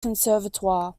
conservatoire